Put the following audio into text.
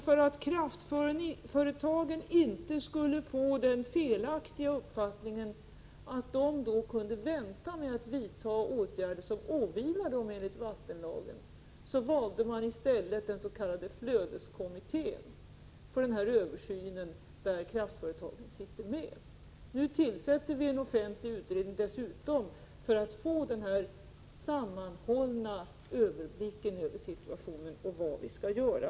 För att kraftföretagen emellertid inte skulle få den felaktiga uppfattningen att de då kunde vänta med att vidta åtgärder som åvilar dem enligt vattenlagen valde man i stället den s.k. flödeskommittén, där kraftföretagen sitter med, för denna översyn. Vi tillsätter dessutom nu en offentlig utredning, för att få den sammanhållna överblicken över situationen och en bedömning av vad vi skall göra.